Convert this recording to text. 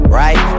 right